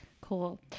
Cool